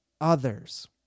others